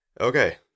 okay